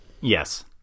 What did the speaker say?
yes